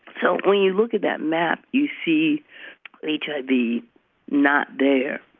so when you look at that map, you see later the not there,